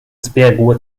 zbiegł